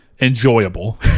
enjoyable